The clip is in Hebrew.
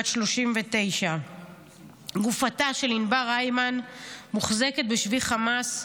בת 39. גופתה של ענבר הימן מוחזקת בשבי חמאס,